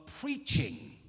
preaching